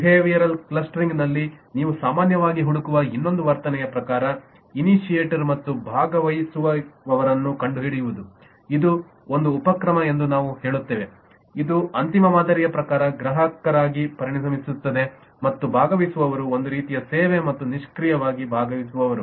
behavioural clustering ನಲ್ಲಿ ನೀವು ಸಾಮಾನ್ಯವಾಗಿ ಹುಡುಕುವ ಇನ್ನೊಂದು ವರ್ತನೆಯ ಪ್ರಕಾರ ಇನಿಶಿಯೇಟರ್ಗಳು ಮತ್ತು ಭಾಗವಹಿಸುವವರನ್ನು ಕಂಡುಹಿಡಿಯುವುದು ಇದು ಒಂದು ಉಪಕ್ರಮ ಎಂದು ನಾವು ಹೇಳುತ್ತೇವೆ ಇದು ಅಂತಿಮ ಮಾದರಿಯ ಪ್ರಕಾರ ಗ್ರಾಹಕರಾಗಿ ಪರಿಣಮಿಸುತ್ತದೆ ಮತ್ತು ಭಾಗವಹಿಸುವವರು ಒಂದು ರೀತಿಯ ಸೇವೆ ಅಥವಾ ನಿಷ್ಕ್ರಿಯ ವಾಗಿ ಭಾಗವಹಿಸುವವರು